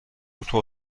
دوتا